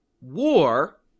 war